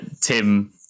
Tim